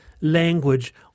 language